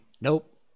nope